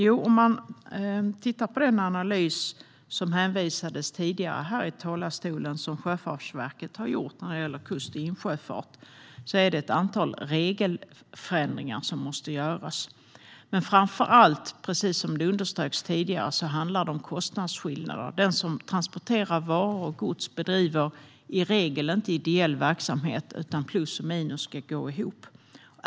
Om man tittar på den analys från Sjöfartsverket om kust och insjöfart som det hänvisades till här i talarstolen tidigare ser man ett antal regelförändringar som måste göras. Precis som underströks tidigare handlar det dock framför allt om kostnadsskillnader - den som transporterar varor och gods bedriver i regel inte ideell verksamhet, utan plus och minus ska gå ihop.